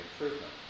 improvement